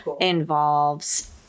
involves